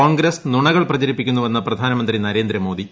കോൺഗ്രസ് നുണകൾ പ്രചരിപ്പിക്കുന്നുവെന്ന് പ്രധാനമന്ത്രി നരേന്ദ്രമോദി